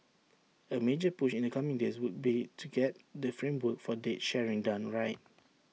A major push in the coming days would be to get the framework for data sharing done right